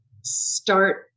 start